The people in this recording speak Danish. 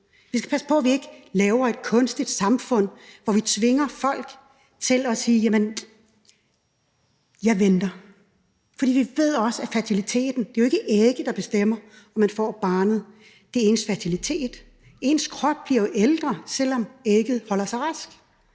Vi skal passe på, at vi ikke laver et kunstigt samfund, hvor vi tvinger folk til at sige: Jeg venter. For vi ved også, at med hensyn til fertiliteten er det jo ikke ægget, der bestemmer, om man får barnet. Det er ens fertilitet. Ens krop bliver jo ældre, selv om ægget holder sig rask.